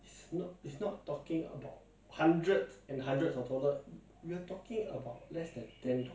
that is not very true you do it very often